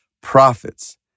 prophets